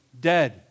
dead